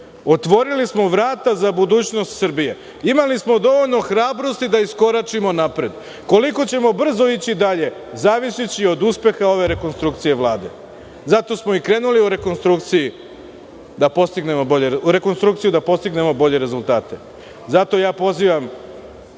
otvorili smo vrata za budućnost Srbije. Imali smo dovoljno hrabrosti da iskoračimo napred. Koliko ćemo brzo ići dalje zavisiće i od uspeha ove rekonstrukcije Vlade. Zato smo krenuli u rekonstrukciju, da postignemo bolje rezultate. Zato pozivam